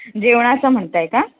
जेवणाचं म्हणताय का